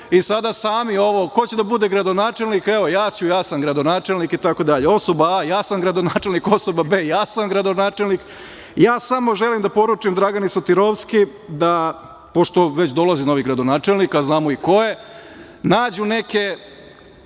i sada sami ovo - ko će da bude gradonačelnik? Evo, ja ću, ja sam gradonačelnik, itd. Osoba A – ja sam gradonačelnik, osoba B - ja sam gradonačelnik. Samo želim da poručim Dragani Sotirovski da, pošto već dolazi novi gradonačelnik, a znamo i ko je, nađu neke